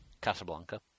Casablanca